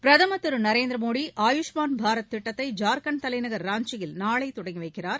பிரதமர் திரு நரேந்திரமோடி ஆயுஷ்மான் பாரத் திட்டத்தை ஜார்கண்ட் தலைநகர் ராஞ்சியில் நாளை தொடங்கி வைக்கிறார்